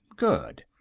good.